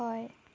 হয়